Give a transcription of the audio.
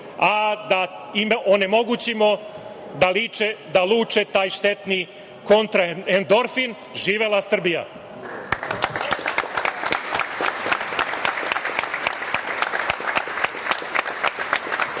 a da im onemogućimo da luče taj štetni kontraerdorfin. Živela Srbija.